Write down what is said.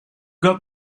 got